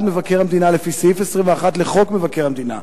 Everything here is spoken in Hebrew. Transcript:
מבקר המדינה לפי סעיף 21 לחוק מבקר המדינה,